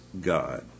God